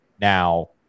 Now